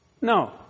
No